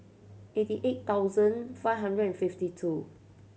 eighty eight thousand five hundred and fifty two